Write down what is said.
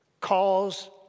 calls